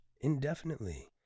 indefinitely